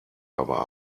aber